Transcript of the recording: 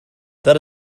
that